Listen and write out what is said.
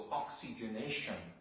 oxygenation